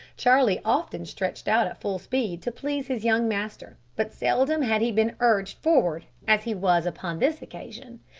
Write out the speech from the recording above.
charlie often stretched out at full speed to please his young master, but seldom had he been urged forward as he was upon this occasion.